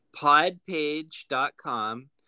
podpage.com